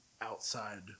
Outside